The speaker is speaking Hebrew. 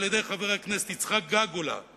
על-ידי חבר הכנסת יצחק גאגולה,